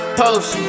post